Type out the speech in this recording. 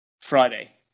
Friday